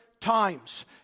times